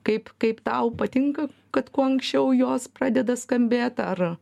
kaip kaip tau patinka kad kuo anksčiau jos pradeda skambėt ar